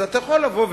אז אתה יכול לבוא,